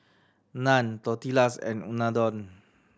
Naan Tortillas and Unadon